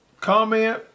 comment